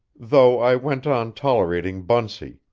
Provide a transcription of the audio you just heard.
though i went on tolerating bunsey,